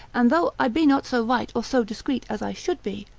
and though i be not so right or so discreet as i should be,